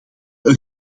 een